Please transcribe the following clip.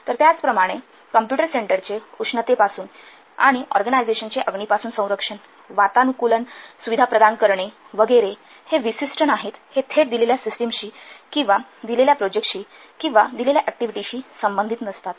तर त्याचप्रमाणे कॉम्प्युटर सेंटरचे उष्णतेपासून आणि ऑरगॅनिझशनचे अग्नी पासून संरक्षण वातानुकूलन सुविधा प्रदान करणे वगैरे हे विशिष्ट नाहीत हे थेट दिलेल्या सिस्टमशी किंवा दिलेल्या प्रोजेक्टशी किंवा दिलेल्या ऍक्टिव्हिटीशी संबंधित नसतात